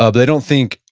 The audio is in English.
ah they don't think,